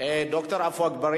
איפה שאפשר,